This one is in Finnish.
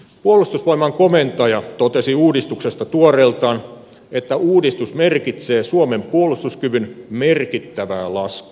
puolustusvoimain komentaja totesi uudistuksesta tuoreeltaan että uudistus merkitsee suomen puolustuskyvyn merkittävää laskua